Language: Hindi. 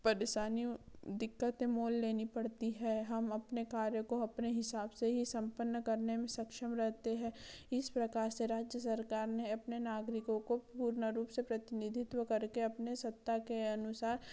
परेशानी दिक्कतें मोल लेनी पड़ती है हम अपने कार्य को अपने हिसाब से ही सम्पन्न करने में सक्षम रहते हैं इस प्रकार से राज्य सरकार ने अपने नागरिकों को पूर्ण रूप से प्रतिनिधित्व करके अपने सत्ता के अनुसार